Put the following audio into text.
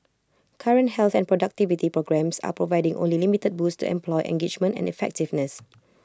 current health and productivity programmes are providing only limited boosts and employment engagement and effectiveness